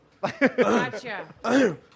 Gotcha